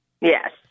yes